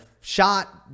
shot